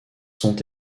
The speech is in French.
sont